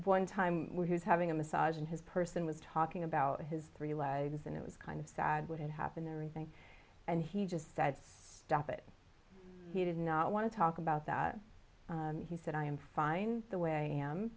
one time when he was having a massage and his person was talking about his three legs and it was kind of sad what had happened there anything and he just said stop it he did not want to talk about that he said i am fine the way i am